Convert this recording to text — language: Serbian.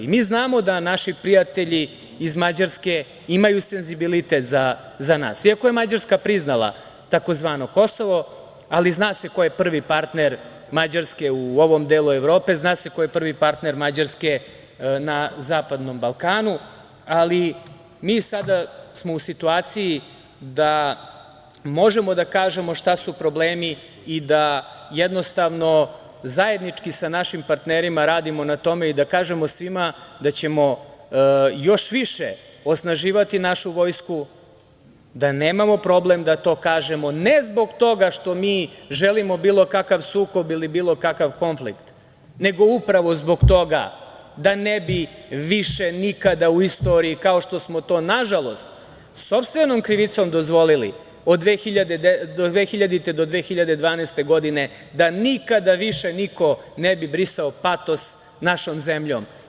Mi znamo da naši prijatelji iz Mađarske imaju senzibilitet za nas, iako je Mađarska priznala tzv. Kosovo, ali zna se ko je prvi partner Mađarske u ovom delu Evrope, zna se ko je prvi partner Mađarske na zapadnom Balkanu, ali mi smo sada u situaciji da možemo da kažemo šta su problemi i da jednostavno zajednički sa našim partnerima radimo na tome, i da kažemo svima da ćemo još više osnaživati našu vojsku, da nemamo problem da to kažemo, ne zbog toga što mi želimo bilo kakav sukob ili bilo kakav konflikt, nego upravo zbog toga da ne bi više nikada u istoriji, kao što smo to nažalost sopstvenom krivicom dozvolili od 2000. do 2012. godine, da nikada više niko ne bi brisao patos našom zemljom.